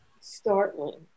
startling